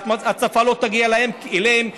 שההצפה לא תגיע אליהם,